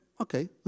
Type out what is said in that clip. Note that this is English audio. Okay